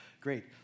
great